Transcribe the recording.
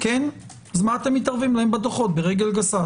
אז מה אתם מתערבים להם בדוחות ברגל גסה?